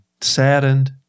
saddened